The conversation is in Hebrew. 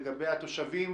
לגבי התושבים,